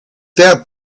that